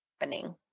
happening